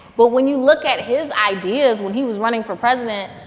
but when you look at his ideas when he was running for president,